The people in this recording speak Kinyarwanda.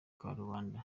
karubanda